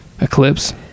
eclipse